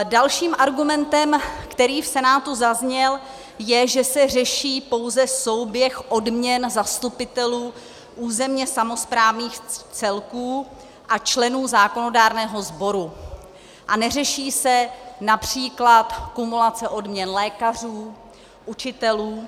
Dalším argumentem, který v Senátu zazněl, je, že se řeší pouze souběh odměn zastupitelů územně samosprávných celků a členů zákonodárného sboru a neřeší se například kumulace odměn lékařů, učitelů.